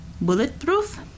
Bulletproof